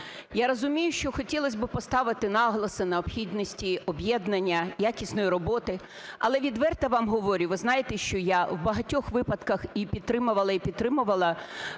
Я розумію, що хотілось би поставити наголоси на необхідності об'єднання, якісної роботи. Але відверто вам говорю, ви знаєте, що я в багатьох випадках і підтримувала, і підтримувала